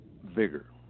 vigor